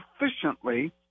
efficiently